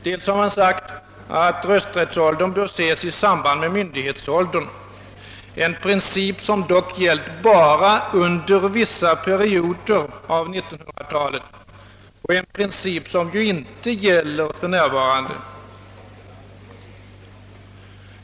Dels har man sagt att rösträttsåldern bör ses i samband med myndighetsåldern, en princip som dock gällt bara under vissa perioder av 1900-talet och en princip som för närvarande inte gäller.